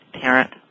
parent